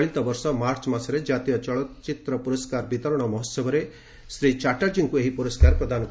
ଚଳିତବର୍ଷ ମାର୍ଚ୍ଚ ମାସରେ ଜାତୀୟ ଚଳଚ୍ଚିତ୍ର ପୁରସ୍କାର ବିତରଣ ମହୋତ୍ସବରେ ଶ୍ରୀ ଚାଟାର୍ଜୀଙ୍କୁ ଏହି ପୁରସ୍କାର ପ୍ରଦାନ କରାଯିବ